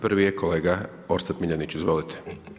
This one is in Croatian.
Prvi je kolega Orsat Miljenić, izvolite.